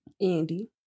Andy